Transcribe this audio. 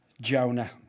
Jonah